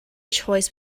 choice